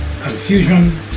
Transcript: confusion